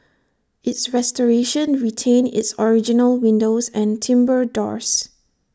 its restoration retained its original windows and timbre doors